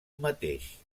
mateix